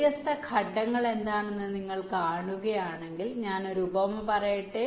വ്യത്യസ്ത ഘട്ടങ്ങൾ എന്താണെന്ന് നിങ്ങൾ കാണുകയാണെങ്കിൽ ഞാൻ ഒരു ഉപമ പറയട്ടെ